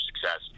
success